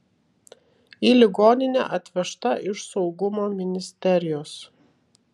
į ligoninę atvežta iš saugumo ministerijos